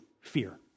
fear